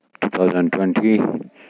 2020